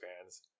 fans